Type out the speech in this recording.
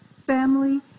family